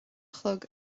chlog